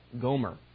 gomer